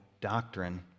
doctrine